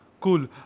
Cool